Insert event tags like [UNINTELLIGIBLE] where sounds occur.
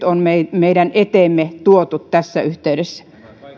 [UNINTELLIGIBLE] on meidän meidän eteemme tuotu tässä yhteydessä